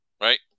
right